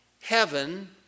Heaven